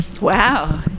Wow